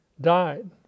died